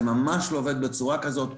זה ממש לא עובד בצורה כזאת.